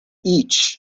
each